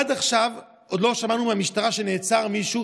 עד עכשיו עוד לא שמענו מהמשטרה שנעצר מישהו,